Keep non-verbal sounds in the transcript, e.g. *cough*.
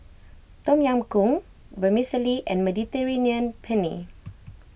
Tom Yam Goong Vermicelli and Mediterranean Penne *noise*